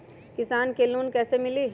किसान के लोन कैसे मिली?